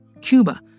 Cuba